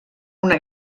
una